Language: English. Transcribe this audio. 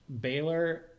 Baylor